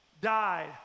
died